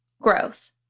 growth